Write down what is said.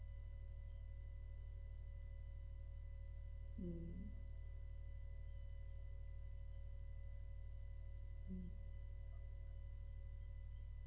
mm mm